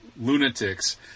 lunatics